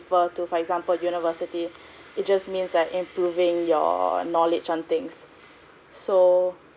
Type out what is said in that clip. refer to for example university it just means and improving your knowledge on things so